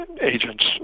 agents